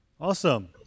Awesome